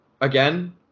again